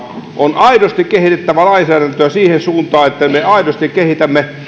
on aidosti kehitettävä lainsäädäntöä siihen suuntaan että me aidosti kehitämme